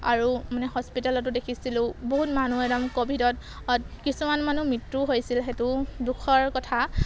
আৰু মানে হস্পিটেলতো দেখিছিলোঁ বহুত মানুহ একদম ক'ভিডত কিছুমান মানুহ মৃত্যুও হৈছিল সেইটো দুখৰ কথা